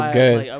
good